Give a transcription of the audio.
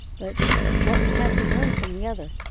but what we have to learn from the other.